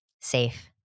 Safe